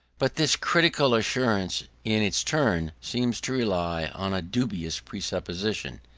but this critical assurance in its turn seems to rely on a dubious presupposition,